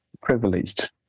privileged